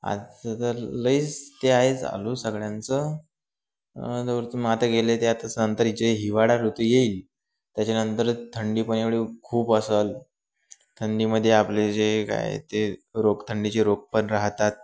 आजचं तर लईच ते आहे चालू सगळ्यांचं जोर मग आता गेले ते आता नंतर इथे हिवाळा ऋतू येईल त्याच्यानंतर थंडी पण एवढी खूप असेल थंडीमध्ये आपले जे काय ते रोग थंडीचे रोग पण राहतात